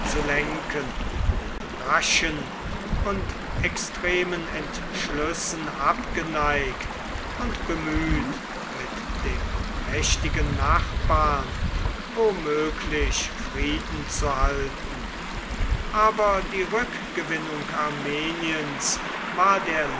zu lenken raschen und extremen entschlüssen abgeneigt und bemüht mit dem mächtigen nachbarn womöglich frieden zu halten aber die rückgewinnung armeniens war der